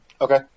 Okay